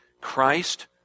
Christ